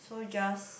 so just